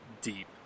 deep